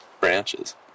branches